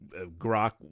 grok